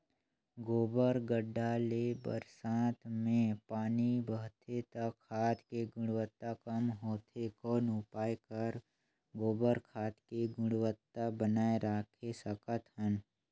गोबर गढ्ढा ले बरसात मे पानी बहथे त खाद के गुणवत्ता कम होथे कौन उपाय कर गोबर खाद के गुणवत्ता बनाय राखे सकत हन?